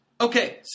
Okay